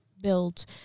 build